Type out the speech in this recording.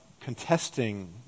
contesting